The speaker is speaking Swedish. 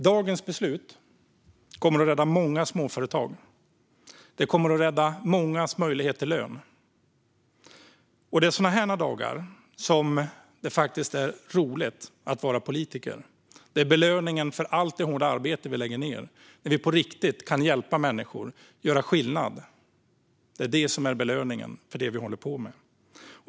Dagens beslut kommer att rädda många småföretag. Det kommer att rädda mångas möjlighet till lön. Det är sådana här dagar som det faktiskt är roligt att vara politiker. Det är belöningen för allt det hårda arbete vi lägger ned när vi på riktigt kan hjälpa människor och göra skillnad. Det är det som är belöningen för det vi håller på med.